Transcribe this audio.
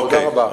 תודה רבה.